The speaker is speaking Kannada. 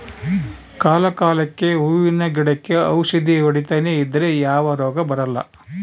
ಕಾಲ ಕಾಲಕ್ಕೆಹೂವಿನ ಗಿಡಕ್ಕೆ ಔಷಧಿ ಹೊಡಿತನೆ ಇದ್ರೆ ಯಾವ ರೋಗ ಬರಲ್ಲ